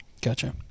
Gotcha